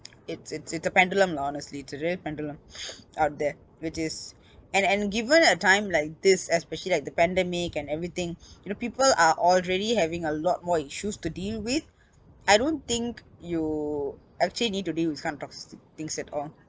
it's it's it's a pendulum lah honestly it's a real pendulum out there which is and and given a time like this especially like the pandemic and everything you know people are already having a lot more issues to deal with I don't think you actually need to deal with this kind of toxic things at all